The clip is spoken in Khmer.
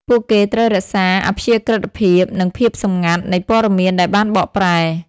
ពួកគេត្រូវរក្សាអព្យាក្រឹតភាព និងភាពសម្ងាត់នៃព័ត៌មានដែលបានបកប្រែ។